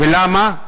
למה?